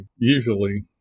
usually